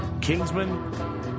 Kingsman